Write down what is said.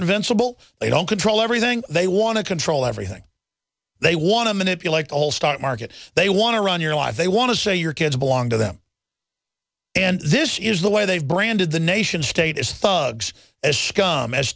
invincible they don't control everything they want to control everything they want to manipulate all star market they want to run your life they want to say your kids belong to them and this is the way they've branded the nation state is thugs as scum